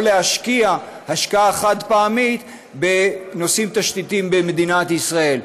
או להשקיע השקעה חד-פעמית בנושאים תשתיתיים במדינת ישראל,